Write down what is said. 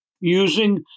using